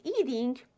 eating